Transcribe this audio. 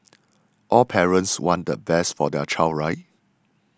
all parents want the best for their child right